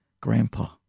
Grandpa